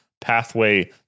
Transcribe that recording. pathway